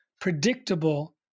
predictable